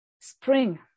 spring